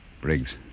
Briggs